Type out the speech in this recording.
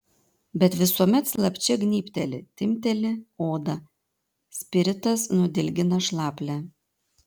bet visuomet slapčia gnybteli timpteli odą spiritas nudilgina šlaplę